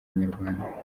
nyarwanda